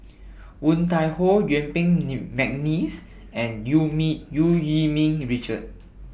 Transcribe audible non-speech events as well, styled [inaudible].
Woon Tai Ho Yuen Peng Mcneice and EU [unintelligible] EU Yee Ming Richard